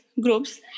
groups